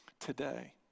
today